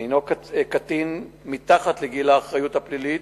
שהינו קטין מתחת לגיל האחריות הפלילית,